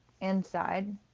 inside